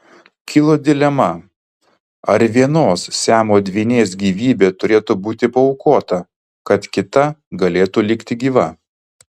kilo dilema ar vienos siamo dvynės gyvybė turėtų būti paaukota kad kita galėtų likti gyva